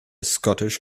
scottish